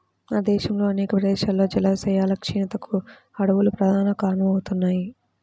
మన దేశంలో అనేక ప్రదేశాల్లో జలాశయాల క్షీణతకు అడవులు ప్రధాన కారణమవుతున్నాయి